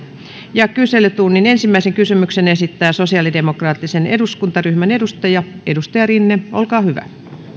kyselytunnin ensimmäisen kysymyksen esittää sosiaalidemokraattisen eduskuntaryhmän edustaja edustaja rinne olkaa hyvä